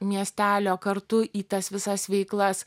miestelio kartu į tas visas veiklas